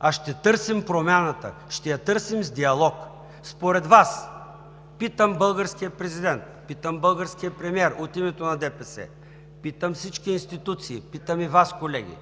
а ще търсим промяната, ще я търсим с диалог. Според Вас – питам българския президент, питам българския премиер от името на ДПС, питам всички институции, питам и Вас, колеги: